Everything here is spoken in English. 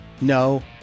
no